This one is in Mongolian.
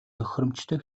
тохиромжтой